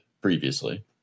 previously